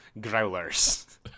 Growlers